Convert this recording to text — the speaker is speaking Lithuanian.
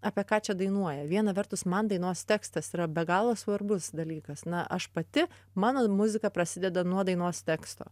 apie ką čia dainuoja viena vertus man dainos tekstas yra be galo svarbus dalykas na aš pati mano muzika prasideda nuo dainos teksto